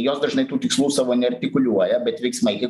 jos dažnai tų tikslų savo neartikuliuoja bet veiksmai